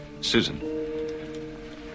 susan